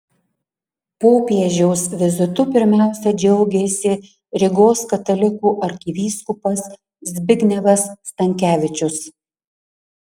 popiežiaus vizitu pirmiausia džiaugėsi rygos katalikų arkivyskupas zbignevas stankevičius